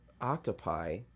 octopi